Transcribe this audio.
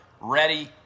ready